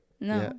no